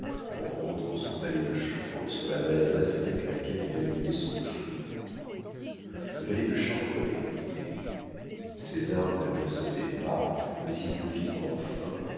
en grondant son valet de chambre sur la maladresse avec laquelle il allumait son feu le valet de chambre écoutait césar ne l'apercevait pas mais il le vit enfin